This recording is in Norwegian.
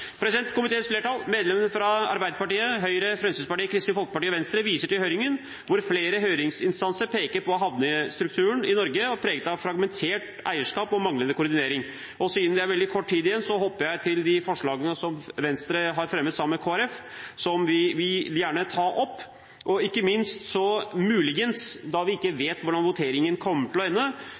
Komiteens flertall, medlemmene fra Arbeiderpartiet, Høyre, Fremskrittspartiet, Kristelig Folkeparti og Venstre, viser til høringen, hvor flere av høringsinstansene pekte på at havneinfrastrukturen i Norge er preget av et fragmentert eierskap og manglende koordinering. Siden det er veldig kort tid igjen, hopper jeg til de forslagene som Venstre har fremmet sammen med Arbeiderpartiet og Kristelig Folkeparti. Vi vil gjerne ta opp disse. Da vi ikke vet hvordan voteringen kommer til å ende,